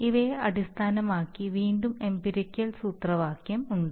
ഇവയെ അടിസ്ഥാനമാക്കി വീണ്ടും എമ്പിറികൽ സൂത്രവാക്യം ഉണ്ട്